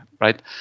Right